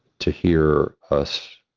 to hear us